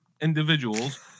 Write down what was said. individuals